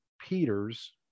Peter's